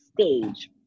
stage